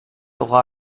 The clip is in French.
aura